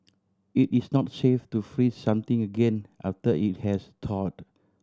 it is not safe to freeze something again after it has thawed